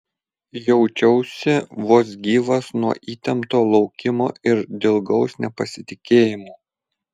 jaučiausi vos gyvas nuo įtempto laukimo ir dilgaus nepasitikėjimo